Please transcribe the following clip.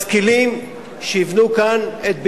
משכילים, שיבנו כאן את ביתם,